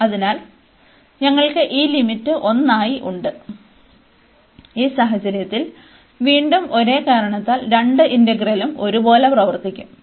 അതിനാൽ ഞങ്ങൾക്ക് ഈ ലിമിറ്റ് 1 ആയി ഉണ്ട് ഈ സാഹചര്യത്തിൽ വീണ്ടും ഒരേ കാരണത്താൽ രണ്ട് ഇന്റഗ്രലുകളും ഒരേപോലെ പ്രവർത്തിക്കും